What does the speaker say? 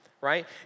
right